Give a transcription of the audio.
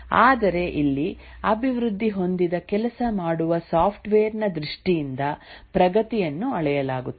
ಆದರೆ ಇಲ್ಲಿ ಅಭಿವೃದ್ಧಿ ಹೊಂದಿದ ಕೆಲಸ ಮಾಡುವ ಸಾಫ್ಟ್ವೇರ್ ನ ದೃಷ್ಟಿಯಿಂದ ಪ್ರಗತಿಯನ್ನು ಅಳೆಯಲಾಗುತ್ತದೆ